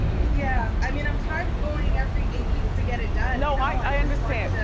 yeah, i mean i'm tired of going every eight weeks to get it done. no, i understand,